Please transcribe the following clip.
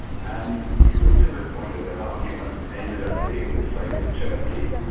and the pivot point of their argument ended up being the fate of turkey.